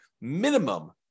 minimum